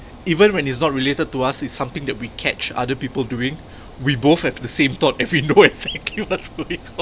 even when it's not related to us it's something that we catch other people doing we both have the same thought and we know exactly what's going on